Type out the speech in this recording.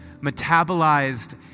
metabolized